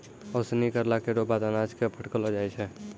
ओसौनी करला केरो बाद अनाज क फटकलो जाय छै